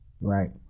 Right